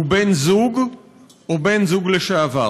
הוא בן זוג או בן זוג לשעבר?